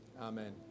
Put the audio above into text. Amen